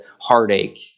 heartache